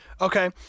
okay